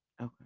Okay